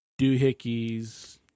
doohickeys